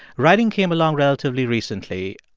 writing came along relatively recently.